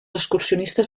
excursionistes